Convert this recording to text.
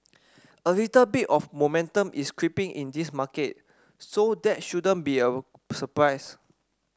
a little bit of momentum is creeping in this market so that shouldn't be a surprise